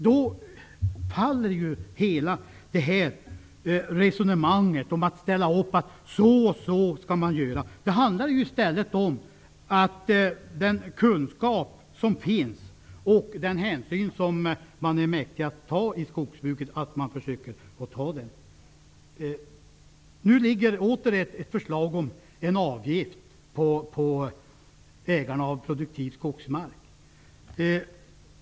Då faller hela resonemanget om att man skall göra si eller så. Det handlar i stället om den kunskap som finns och att man försöker ta den hänsyn som man är mäktig att ta i skogsbruket. Nu ligger åter ett förslag om en avgift för ägarna av produktiv skogsmark.